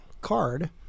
card